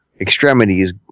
extremities